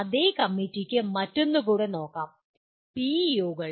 അതേ കമ്മിറ്റിക്ക് മറ്റൊന്ന് കൂടെ നോക്കാം പിഇഒകൾ